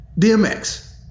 DMX